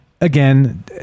again